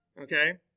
Okay